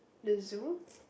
the zoo